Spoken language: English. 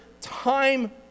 time